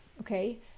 okay